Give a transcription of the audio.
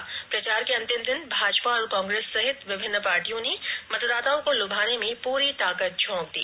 चुनाव प्रचार के अंतिम दिन भाजपा और कांग्रेस सहित विभिन्न पार्टियों ने मतदाताओं को लुभाने में पूरी ताकत झोंक दी